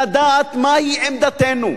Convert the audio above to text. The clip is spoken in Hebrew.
לדעת מהי עמדתנו.